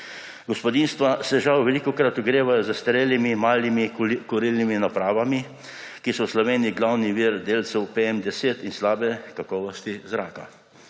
Gospodinjstva se žal velikokrat ogrevajo z zastarelimi malimi kurilnimi napravami, ki so v Sloveniji glavni vir delcev PM10 in slabe kakovosti zraka.